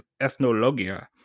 ethnologia